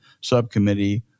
subcommittee